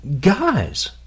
Guys